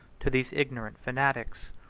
to these ignorant fanatics.